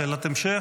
שאלת המשך?